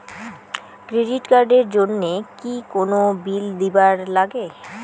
Credit card এর জন্যে কি কোনো বিল দিবার লাগে?